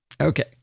Okay